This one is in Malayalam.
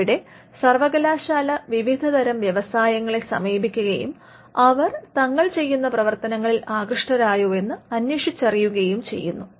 അവിടെ സർവകലാശാല വിവിധതരം വ്യവസായങ്ങളെ സമീപിക്കുകയും അവർ തങ്ങൾ ചെയ്യുന്ന പ്രവർത്തനങ്ങളിൽ ആകൃഷ്ടരായോ എന്ന് അന്വേഷിച്ചറിയുകയും ചെയ്യുന്നു